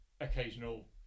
occasional